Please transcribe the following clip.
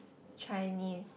Chinese